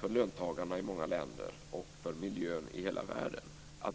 för löntagare i många länder och för miljön i hela världen.